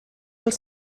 els